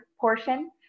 portion